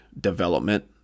development